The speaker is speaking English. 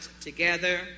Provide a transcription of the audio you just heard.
together